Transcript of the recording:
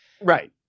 Right